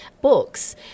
books